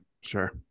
sure